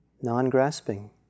non-grasping